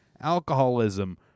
alcoholism